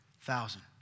thousand